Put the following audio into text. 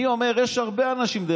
אני אומר: יש הרבה אנשים שתורמים,